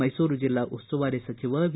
ಮೈಸೂರು ಜೆಲ್ಲಾ ಉಸ್ತುವಾರಿ ಸಚಿವ ವಿ